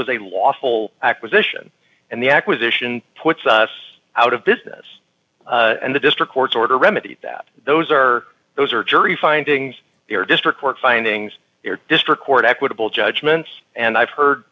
was a lawful acquisition and the acquisition puts us out of business and the district court's order remedied that those are those are jury findings or district court findings district court equitable judgments and i've heard